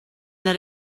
that